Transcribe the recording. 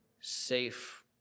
safe